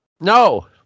no